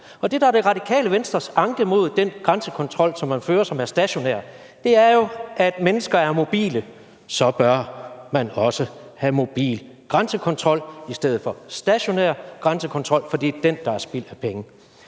Det, der er Det Radikale Venstres anke mod den grænsekontrol, som man fører, og som er stationær, er jo, at mennesker er mobile. Så bør man også have mobil grænsekontrol i stedet for stationær grænsekontrol, for det er den, der er spild af penge.